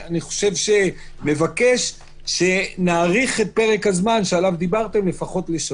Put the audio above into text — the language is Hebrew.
אני מבקש שנאריך את פרק הזמן שעליו דיברתם לפחות לשבוע.